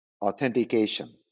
authentication